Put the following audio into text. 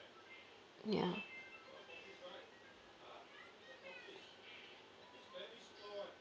ya